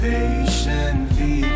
Patiently